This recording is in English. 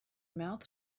mouth